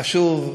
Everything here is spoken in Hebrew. חשוב,